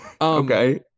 Okay